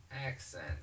accent